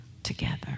Together